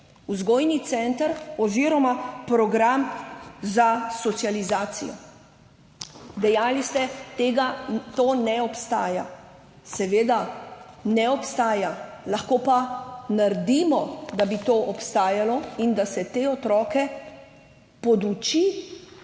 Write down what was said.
Vzgojni center oziroma program za socializacijo – dejali ste, to ne obstaja. Seveda ne obstaja, lahko pa naredimo, da bi to obstajalo in da se te otroke poduči